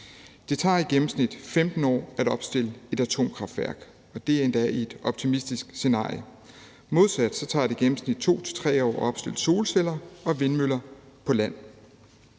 Det tager i gennemsnit 15 år at opstille et atomkraftværk. Det er endda i et optimistisk scenarie. Modsat tager det i gennemsnit 2-3 år at opstille solceller og vindmøller på land.